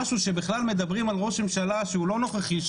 משהו שבכלל מדברים על ראש ממשלה שהוא לא הנוכחי,